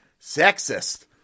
sexist